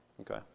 Okay